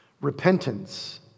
Repentance